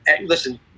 listen